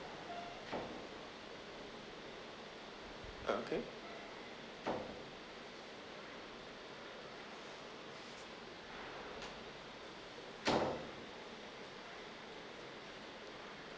ah okay